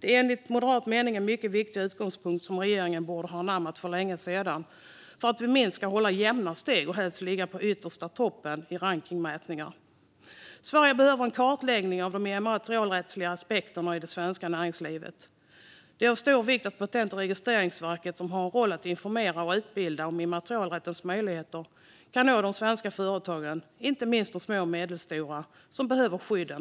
Det är enligt moderat mening en mycket viktig utgångspunkt, som regeringen borde ha anammat för länge sedan, för att vi minst ska kunna hålla jämna steg och helst ligga på yttersta toppen i rankningar. Sverige behöver en kartläggning av de immaterialrättsliga aspekterna i det svenska näringslivet. Det är av stor vikt att Patent och registreringsverket, som har en roll att informera och utbilda om immaterialrättens möjligheter, kan nå de svenska företagen, inte minst de små och medelstora, som behöver skydda